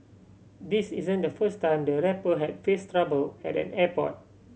this isn't the first time the rapper has faced trouble at an airport